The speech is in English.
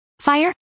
Fire